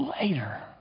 Later